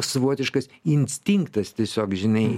savotiškas instinktas tiesiog žinai